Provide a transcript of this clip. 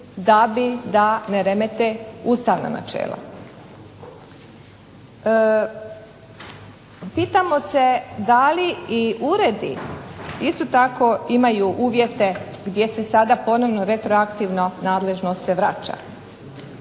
posebni da ne remete ustavna načela. Pitamo se da li i uredi isto tako imaju uvjete gdje se sada retroaktivno nadležno se vraća.